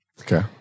Okay